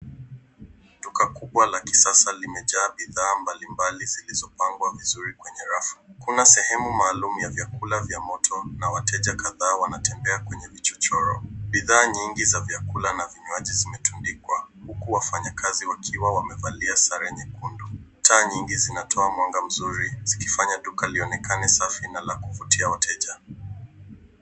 Duka kubwa la kisasa limejaa bidhaa mbali mbali zilizopangwa vizuri kwenye rafu. Kuna sehemu maalum ya vyakula vya moto na wateja kadhaa wanatembea kwenye vichochoro. Bidhaa nyingi vza vyakula na vinywaji vimetundikwa huku wafanyikazi wakiwa wamevalia sare nyekundu. Taa nyingi zinatoa mwanga mzuri zikifanya duka lionekane safi na kuvutia wateja.